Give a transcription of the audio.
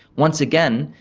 once again,